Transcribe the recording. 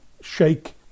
shake